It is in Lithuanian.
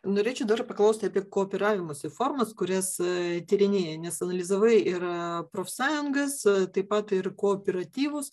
norėčiau dar paklaust apie kooperavimosi formas kurias tyrinėji nes analizavai ir profsąjungas taip pat ir kooperatyvus